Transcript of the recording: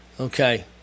okay